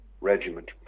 Regiment